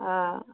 অ